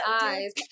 eyes